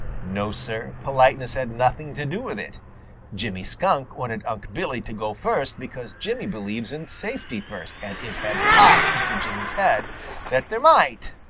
no, sir, politeness had nothing to do with it jimmy skunk wanted unc' billy to go first because jimmy believes in safety first, and it had popped into jimmy's head that there might,